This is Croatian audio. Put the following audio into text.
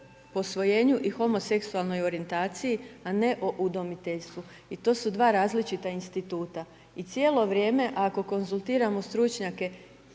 i homoseksualnoj orijentaciji, a ne o udomiteljstvu i to su dva različita instituta i cijelo vrijeme, ako konzultiramo stručnjake,